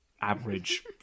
average